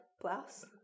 blouse